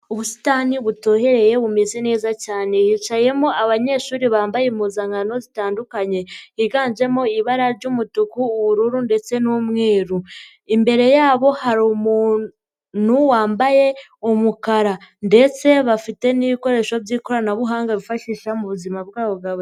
Ubusitani butoshye bumeze neza cyane hicayemo abanyeshuri bambaye impuzankano zitandukanye higanjemo ibara ry'umutuku, ubururu ndetse n'umweru, imbere yabo hari umuntu wambaye umukara ndetse bafite n'ibikoresho by'ikoranabuhanga bifashisha mu buzima bwabo bwa buri munsi.